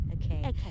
Okay